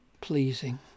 pleasing